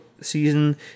season